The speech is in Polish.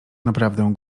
naprawdę